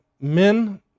men